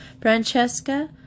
Francesca